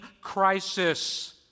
crisis